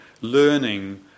learning